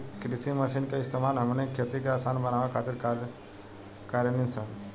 कृषि मशीन के इस्तेमाल हमनी के खेती के असान बनावे खातिर कारेनी सन